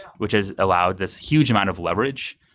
which has allowed this huge amount of leverage.